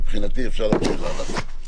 מבחינתי, אפשר להמשיך הלאה.